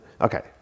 Okay